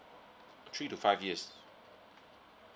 three to five years